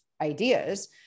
ideas